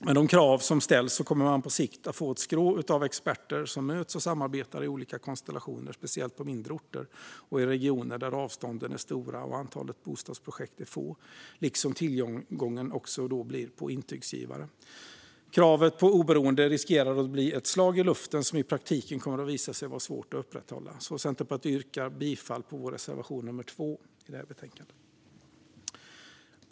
Med de krav som ställs kommer man på sikt att få ett skrå av experter som möts och samarbetar i olika konstellationer, speciellt på mindre orter och i regioner där avstånden är stora och antalet bostadsprojekt är litet, liksom tillgången på intygsgivare. Kravet på oberoende riskerar att bli ett slag i luften som i praktiken kommer att visa sig vara svårt att upprätthålla. Centerpartiet yrkar bifall till vår reservation nummer 2.